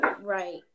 right